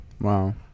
Wow